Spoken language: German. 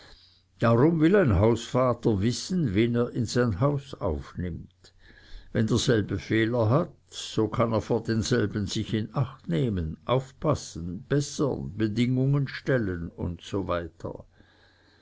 darum will ein hausvater wissen wen er in sein haus aufnimmt wenn derselbe fehler hat so kann er vor denselben sich in acht nehmen aufpassen bessern bedingungen stellen usw